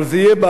אבל זה יהיה,